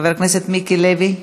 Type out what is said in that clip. חבר הכנסת מיקי לוי,